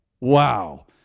Wow